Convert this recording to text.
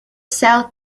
sell